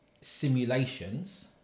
simulations